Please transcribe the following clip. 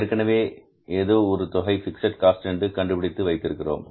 ஏற்கனவே ஏதோ ஒரு தொகை பிக்ஸட் காஸ்ட் என்று கண்டுபிடித்து வைத்திருக்கிறோம்